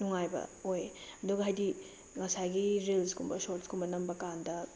ꯅꯨꯡꯉꯥꯏꯕ ꯑꯣꯏ ꯑꯗꯨꯒ ꯍꯥꯏꯗꯤ ꯉꯁꯥꯏꯒꯤ ꯔꯤꯜꯁꯀꯨꯝꯕ ꯁꯣꯔꯠꯁꯀꯨꯝꯕ ꯅꯝꯕ ꯀꯥꯟꯗ